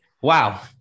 wow